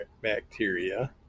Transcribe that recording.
bacteria